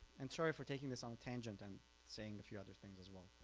and sorry for taking this on tangent and saying a few other things as well,